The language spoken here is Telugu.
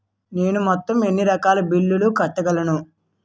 నేను మొత్తం ఎన్ని రకాల బిల్లులు కట్టగలను?